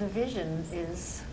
the vision i